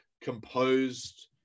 composed